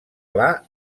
pla